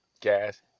gas